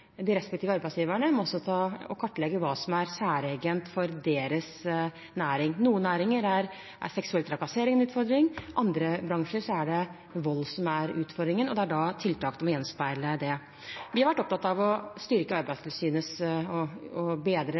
må kartlegge hva som er særegent for deres næring. I noen næringer er seksuell trakassering en utfordring, i andre bransjer er det vold som er utfordringen, og da må tiltakene gjenspeile det. Vi har vært opptatt av å bedre Arbeidstilsynets